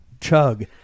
chug